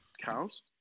Cows